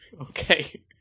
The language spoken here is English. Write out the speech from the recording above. Okay